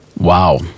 Wow